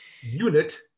unit